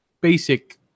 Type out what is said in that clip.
basic